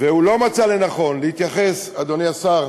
והוא לא מצא לנכון להתייחס, אדוני השר,